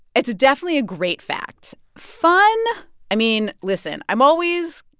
it's definitely a great fact. fun i mean, listen. i'm always,